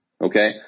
okay